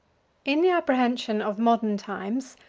in the apprehension of modern times,